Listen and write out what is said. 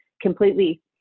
completely